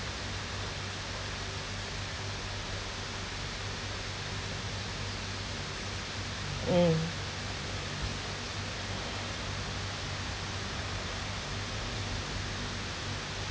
mm